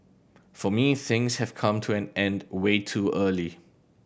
for me things have come to an end way too early